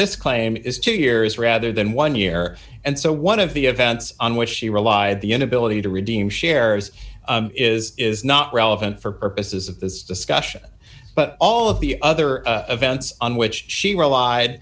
this claim is two years rather than one year and so one of the events on which she relied the inability to redeem shares is is not relevant for purposes of this discussion but all of the other events on which she